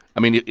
i mean,